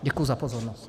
Děkuji za pozornost.